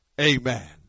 Amen